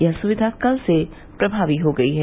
यह सुविधा कल से प्रभावी हो गयी है